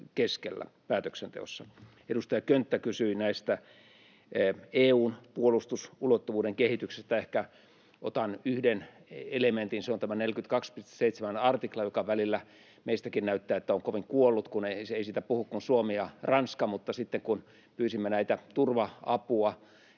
keskellä päätöksenteossa. Edustaja Könttä kysyi EU:n puolustusulottuvuuden kehityksestä. Ehkä otan yhden elementin. Se on tämä 42.7-artikla, joka välillä meistäkin näyttää siltä, että se on kovin kuollut, kun eivät siitä puhu kuin Suomi ja Ranska, mutta sitten kun pyysimme tätä tietynlaista